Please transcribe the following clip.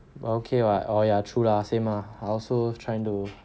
okay lah oh ya true lah same ah I also trying to